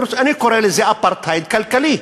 אני קורא לזה אפרטהייד כלכלי.